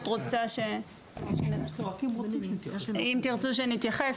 אם תרצו שנתייחס